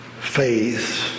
faith